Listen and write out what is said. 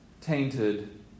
tainted